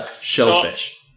Shellfish